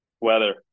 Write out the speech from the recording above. weather